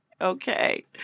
okay